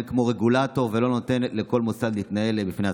כמו רגולטור ולא נותן לכל מוסד להתנהל בפני עצמו.